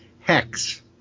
Hex